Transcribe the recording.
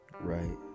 right